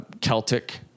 Celtic